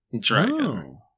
dragon